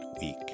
week